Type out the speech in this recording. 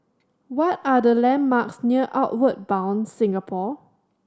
what are the landmarks near Outward Bound Singapore